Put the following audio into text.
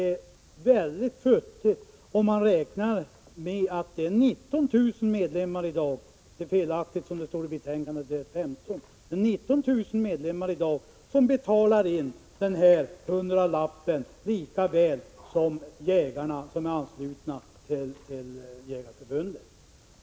är väldigt futtigt om man tänker på att det i dag är 19 000 medlemmar — uppgiften i betänkandet om 15 000 medlemmar är felaktig — som betalar in en hundralapp, på samma sätt som jägarna som är anslutna till Svenska jägareförbundet.